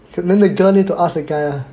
and then the girl need to ask a guy ah